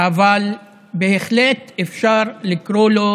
אבל בהחלט אפשר לקרוא לו